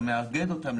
יהונתן,